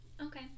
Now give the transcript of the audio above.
Okay